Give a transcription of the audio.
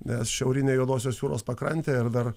nes šiaurinę juodosios jūros pakrantę ir dar